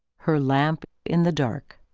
her lamp in the dark.